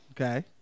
Okay